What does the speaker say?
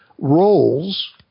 roles